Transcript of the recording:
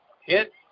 Hit